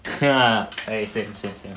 ya same same same